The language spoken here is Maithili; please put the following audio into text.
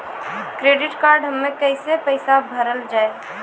क्रेडिट कार्ड हम्मे कैसे पैसा भरल जाए?